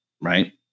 right